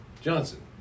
Johnson